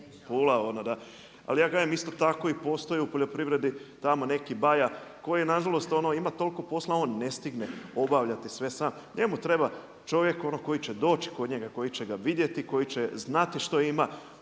Pula da. Ali ja kažem isto tako postoji u poljoprivredi tamo neki baja koji nažalost ima toliko posla, a on ne stigne obavljati sve sam. Njemu treba čovjek koji će doći kod njega, koji će ga vidjeti, koji će znati što ima,